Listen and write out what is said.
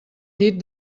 llit